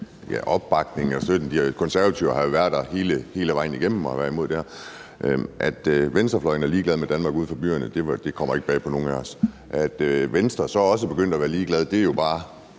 At venstrefløjen er ligeglad med det Danmark, der er uden for byerne, kommer ikke bag på nogen af os. At Venstre så også er begyndt at være ligeglad, er jo bare